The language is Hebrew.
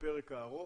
הפרק הארוך,